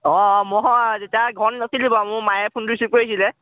অঁ মই হয় তেতিয়া ঘৰত নাছিলোঁ বাৰু মোৰ মায়ে ফোনটো ৰিচিভ কৰিছিলে